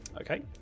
Okay